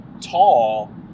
tall